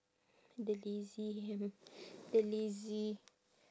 the lazy the lazy